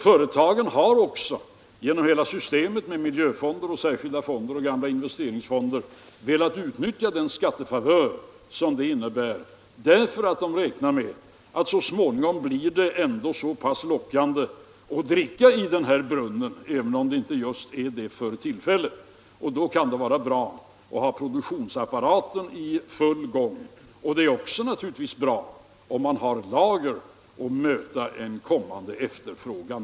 Företagen har också genom hela systemet med miljöfonder, särskilda fonder och gamla investeringsfonder velat utnyttja den skattefavör som detta innebär. De räknar med att så småningom blir det ändå så pass lockande att dricka i den här brunnen, även om det inte är det för tillfället. Då kan det vara bra att ha produktionsapparaten i full gång. Det är också naturligtvis bra att ha lager för att kunna möta en kommande efterfrågan.